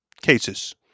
cases